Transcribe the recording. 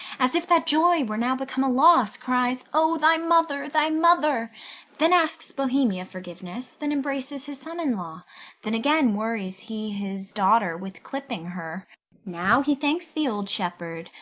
as if that joy were now become a loss, cries o, thy mother, thy mother then asks bohemia forgiveness then embraces his son-in-law then again worries he his daughter with clipping her now he thanks the old shepherd,